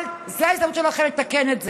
זו ההזדמנות שלכם לתקן את זה.